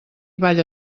balla